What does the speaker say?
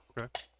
Okay